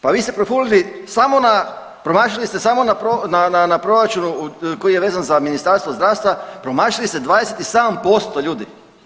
Pa vi ste profulali samo na, promašili ste samo na proračunu koji je vezan za Ministarstvo zdravstva promašili ste 27% ljudi.